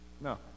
No